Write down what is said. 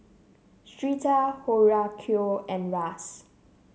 Syreeta Horacio and Russ